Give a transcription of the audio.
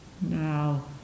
now